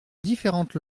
différentes